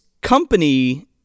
company